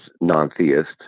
non-theist